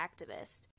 activist